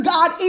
God